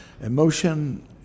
emotion